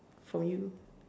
from you